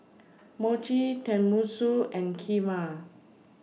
Mochi Tenmusu and Kheema